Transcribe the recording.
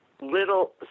little